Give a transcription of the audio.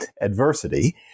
adversity